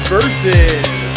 Versus